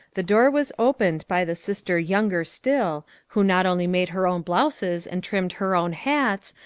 the door was opened by the sister younger still, who not only made her own blouses and trimmed her own hats,